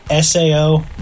SAO